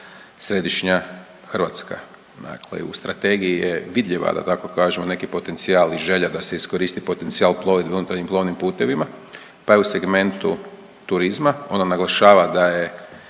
središnja Hrvatska. Dakle, u strategiji je vidljiva da tako kažem neki potencijal i želja da se iskoristi potencijal plovidbe u unutarnjim plovnim putevima, pa je u segmentu turizma ono naglašava da je